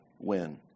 win